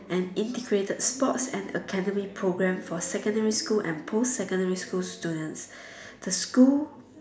an integrated sports and academy programme for secondary school and post secondary school students the school